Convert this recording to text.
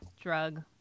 drug